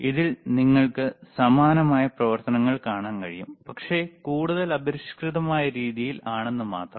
ഇതിൽ നിങ്ങൾക്ക് സമാനമായ പ്രവർത്തനങ്ങൾ കാണാൻ കഴിയും പക്ഷേ കൂടുതൽ അപരിഷ്കൃതമായ രീതിയിൽ ആണെന്ന് മാത്രം